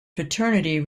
fraternity